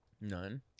None